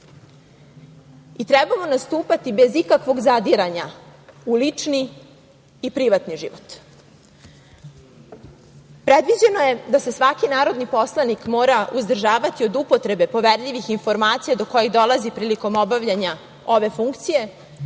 i trebamo nastupati bez ikakvog zadiranja u lični i privatni život. Predviđeno je da se svaki narodni poslanik mora uzdržavati od upotrebe poverljivih informacija do kojih dolazi prilikom obavljanja ove funkcije